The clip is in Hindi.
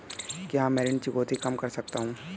क्या मैं ऋण चुकौती कम कर सकता हूँ?